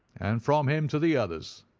and from him to the others.